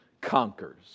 conquers